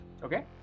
Okay